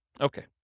Okay